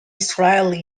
israeli